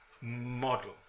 model